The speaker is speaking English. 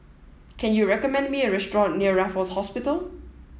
can you recommend me a restaurant near Raffles Hospital